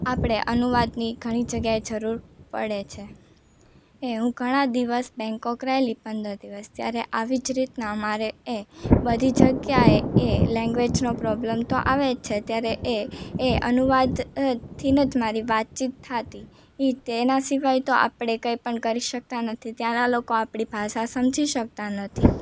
આપળે અનુવાદની ઘણી જગ્યાએ જરૂર પળે છે એ હું ઘણા દિવસ બેંકોક રહેલી પંદર દિવસ ત્યારે આવી જ રીતના મારે એ બધી જગ્યાએ એ લેંગેવેજનો પ્રોબલમ તો આવે જ છે ત્યારે એ એ અનુવાદ થી જ મારી વાતચીત થાતી એજ તે એના સિવાય તો આપણે કંઇપણ કરી શકતા નથી ત્યાંના લોકો આપણી ભાષા સમજી શકતા નથી